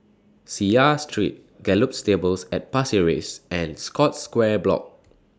Seah Street Gallop Stables At Pasir Ris and Scotts Square Block